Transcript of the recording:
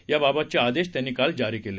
याबाबतचे आदेश त्यांनी काल जारी केले